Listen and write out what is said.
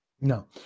No